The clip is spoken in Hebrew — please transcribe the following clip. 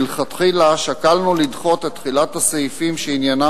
מלכתחילה שקלנו לדחות את תחילת הסעיפים שעניינם